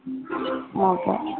okay